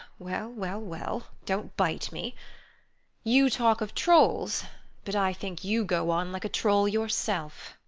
well, well, well don't bite me you talk of trolls but i think you go on like a troll yourself.